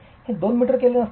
हे 2m केले असते